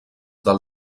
del